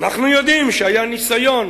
אנחנו יודעים שהיה ניסיון